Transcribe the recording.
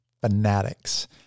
fanatics